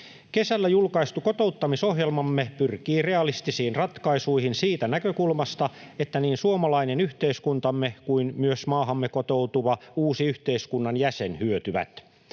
Kesällä julkaistu kotouttamisohjelmamme pyrkii realistisiin ratkaisuihin siitä näkökulmasta, että niin suomalainen yhteiskuntamme kuin myös maahamme kotoutuva uusi yhteiskunnan jäsen hyötyvät.